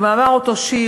כמאמר אותו שיר,